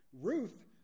Ruth